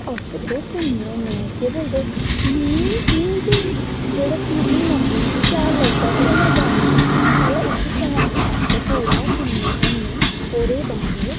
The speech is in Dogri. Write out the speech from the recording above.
ते अस ओह् सुनने होन्ने केह् बोलदे में ते में में ते जेह्ड़े फिलिंग औंदी शैैल लगदे ते ओह् में गान्नी होन्नी पैह्लें उस सांग गी अस पूरा सुनने होन्ने ओह्दे बाद